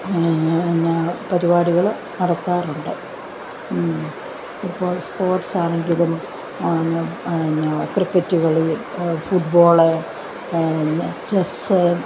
പിന്നെ പരിപാടികൾ നടക്കാറുണ്ട് ഇപ്പോൾ സ്പോർട്സ് ആണെങ്കിലും പിന്നെ ക്രിക്കറ്റുകളി ഫുട്ബോള് പിന്നെ ചെസ്സ്